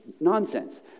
nonsense